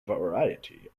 variety